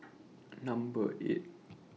Number eight